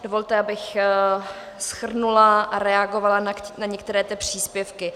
Dovolte, abych shrnula a reagovala na některé příspěvky.